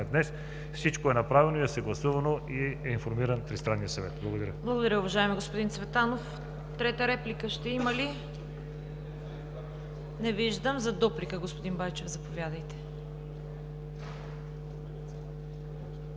днес. Всичко е направено, съгласувано е и е информиран Тристранният съвет. Благодаря